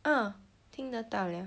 嗯听得到 [liao]